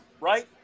Right